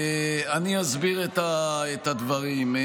אסביר את הדברים.